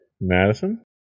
Madison